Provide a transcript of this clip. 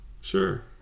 Sure